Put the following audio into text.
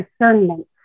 discernment